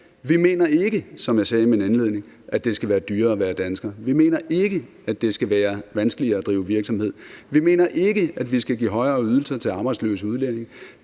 Vi mener ikke, som jeg sagde i min indledning, at det skal være dyrere at være dansker, og vi mener ikke, at det skal være vanskeligere at drive virksomhed, og vi mener ikke, at vi skal give højere ydelser til arbejdsløse udlændinge.